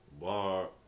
Bar